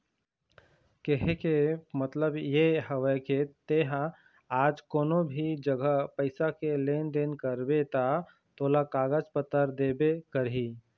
केहे के मतलब ये हवय के ते हा आज कोनो भी जघा पइसा के लेन देन करबे ता तोला कागज पतर देबे करही